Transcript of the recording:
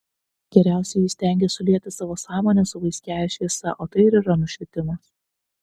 geriausieji įstengia sulieti savo sąmonę su vaiskiąja šviesa o tai ir yra nušvitimas